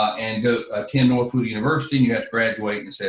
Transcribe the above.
and attend northwood university and you have to graduate and so